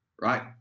right